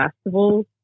festivals